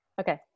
Okay